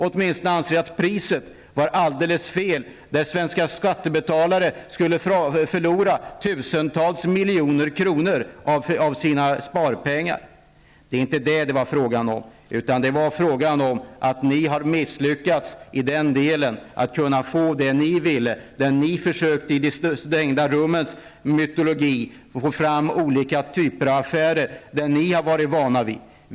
Åtminstone anser man att priset var alldeles fel, då svenska skattebetalare skulle ha förlorat tusentals miljoner av sina sparpengar. Det var inte detta det var fråga om, utan det var fråga om att ni har misslyckats att få det ni ville. Ni försökte i de stängda rummes mytologi få fram olika typer av affärer som ni har varit vana vid.